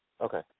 Okay